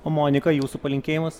o monika jūsų palinkėjimas